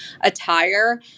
attire